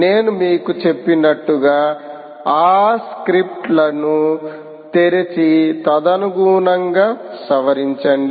నేను మీకు చెప్పినట్లుగా ఆ స్క్రిప్ట్లను తెరిచి తదనుగుణంగా సవరించండి